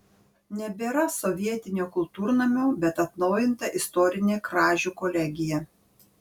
nebėra sovietinio kultūrnamio bet atnaujinta istorinė kražių kolegija